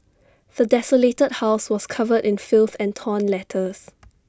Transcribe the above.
the desolated house was covered in filth and torn letters